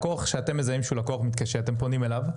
לקוח שאתם מזהים שהוא לקוח מתקשה, אתם פונים אליו?